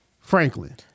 Franklin